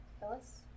Phyllis